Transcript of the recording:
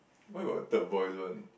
why got a third voice one